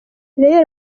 real